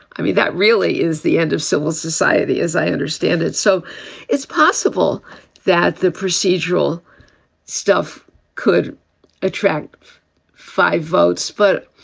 i mean, that really is the end of civil society, as i understand it. so it's possible that the procedural stuff could attract five votes. but,